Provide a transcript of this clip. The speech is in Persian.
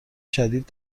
شدید